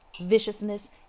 viciousness